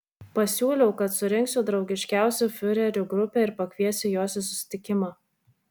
pasiūliau kad surinksiu draugiškiausių fiurerių grupę ir pakviesiu juos į susitikimą